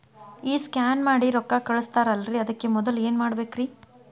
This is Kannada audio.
ಈ ಸ್ಕ್ಯಾನ್ ಮಾಡಿ ರೊಕ್ಕ ಕಳಸ್ತಾರಲ್ರಿ ಅದಕ್ಕೆ ಮೊದಲ ಏನ್ ಮಾಡ್ಬೇಕ್ರಿ?